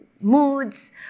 moods